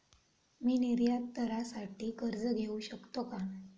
मी निर्यातदारासाठी कर्ज घेऊ शकतो का?